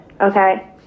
okay